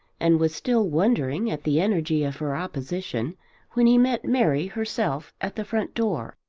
and was still wondering at the energy of her opposition when he met mary herself at the front door.